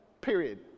Period